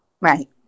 Right